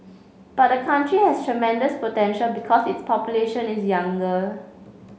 but the country has tremendous potential because its population is younger